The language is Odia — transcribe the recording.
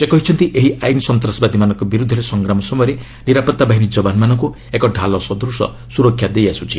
ସେ କହିଛନ୍ତି ଏହି ଆଇନ୍ ସନ୍ତାସବାଦୀମାନଙ୍କ ବିର୍ବଦ୍ଧରେ ସଂଗ୍ରାମ ସମୟରେ ନିରାପତ୍ତା ବାହିନୀ ଯବାନମାନଙ୍କୁ ଏକ ଡାଲ ସଦୂଶ ସ୍ୱରକ୍ଷା ଦେଇଆସ୍ପଛି